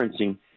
referencing